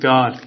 God